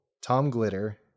tom-glitter